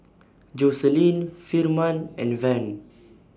Jocelynn Firman and Van